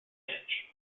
edge